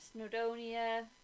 Snowdonia